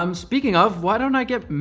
um speaking of, why don't i get.